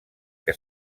que